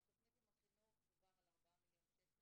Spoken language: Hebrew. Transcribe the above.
הלשון: "התוכנית עם החינוך, דובר על 4 מיליון שקל